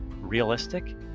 realistic